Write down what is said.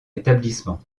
établissement